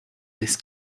this